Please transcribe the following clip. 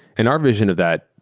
and our vision of that,